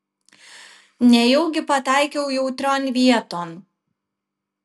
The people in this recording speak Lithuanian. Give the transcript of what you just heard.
nejaugi pataikiau jautrion vieton